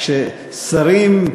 כששרים,